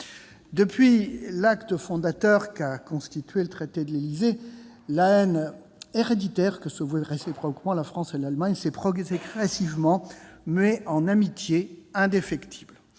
Depuis l'acte fondateur qu'a constitué le traité de l'Élysée, la haine héréditaire que se vouaient réciproquement la France et l'Allemagne s'est progressivement muée en amitié indéfectible,